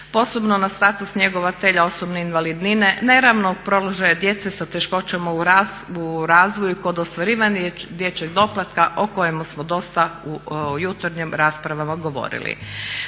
posebno na status njegovatelja osobne invalidnine, neravnopravnog položaja djece sa teškoćama u razvoju kod ostvarivanja dječjeg doplatka o kojemu smo dosta u jutarnjim raspravama govorili.